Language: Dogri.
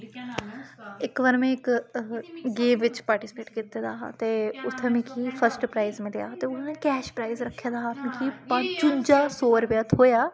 इक बारी में इक गीत बिच्च पार्टिसिपेट कीते दा हा ते उत्थे मिगी फस्ट प्राइज मिलेआ ते उनें न कैश प्राइज रक्खे दा हा मिगी पचुंजा सौ रपेआ थ्होएआ